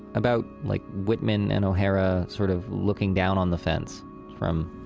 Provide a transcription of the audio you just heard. about like whitman and o'hara sort of looking down on the fence from.